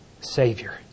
Savior